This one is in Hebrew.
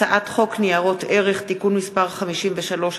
הצעת חוק ניירות ערך (תיקון מס' 53),